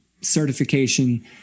certification